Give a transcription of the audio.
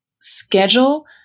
schedule